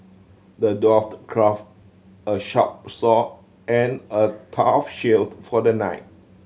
the dwarf crafted a sharp sword and a tough shield for the knight